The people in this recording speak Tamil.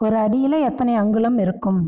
ஒரு அடியில் எத்தனை அங்குலம் இருக்கும்